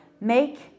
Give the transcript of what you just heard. Make